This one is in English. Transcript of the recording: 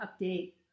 update